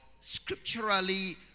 scripturally